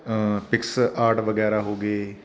pics art ਵਗੈਰਾ ਹੋ ਗਏ